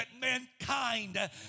mankind